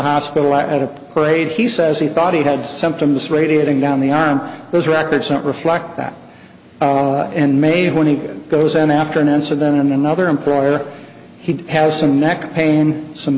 hospital at upgrade he says he thought he had symptoms radiating down the arm those records don't reflect that and may when he goes and after an incident on another employer he has some neck pain some